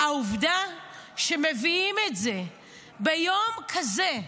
העובדה שמביאים את זה ביום כזה,